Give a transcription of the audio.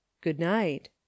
good-night